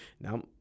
Now